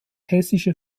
hessische